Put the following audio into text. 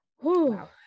Wow